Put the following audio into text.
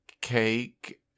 cake